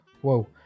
Whoa